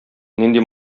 нинди